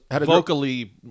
vocally